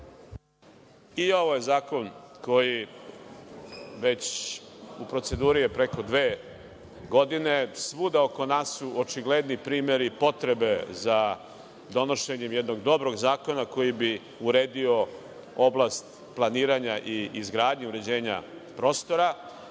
I ovo je zakon koji je u proceduri preko dve godine. Svuda oko nas su očigledni primeri potrebe za donošenjem jednog dobrog zakona, koji bi uredio oblast planiranja i izgradnje uređenja prostora.